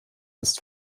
ist